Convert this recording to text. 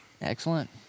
Excellent